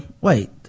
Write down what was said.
wait